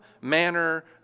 manner